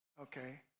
okay